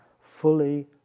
fully